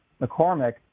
McCormick